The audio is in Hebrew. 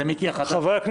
זה מיקי החדש...